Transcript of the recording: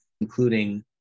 including